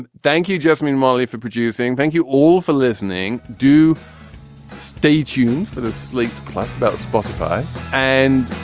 and thank you. just me and wally for producing. thank you all for listening do stay tuned for the slate plus about spotify and